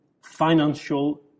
financial